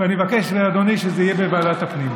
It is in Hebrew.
ואני מבקש מאדוני שזה יהיה בוועדת הפנים.